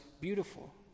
beautiful